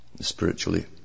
spiritually